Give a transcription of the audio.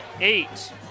eight